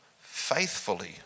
faithfully